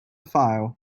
file